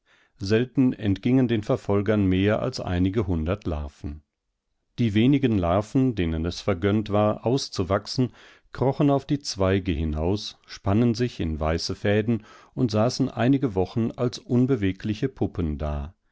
nie dazu den bäumen sonderlich zu schaden dennsiewarensehrgesuchtvondenvögeln seltenentgingendenverfolgern mehralseinigehundertlarven die wenigen larven denen es vergönnt war auszuwachsen krochen auf die zweige hinaus spannen sich in weiße fäden und saßen einige wochen als unbewegliche puppen da